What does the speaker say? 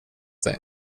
dig